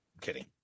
kidding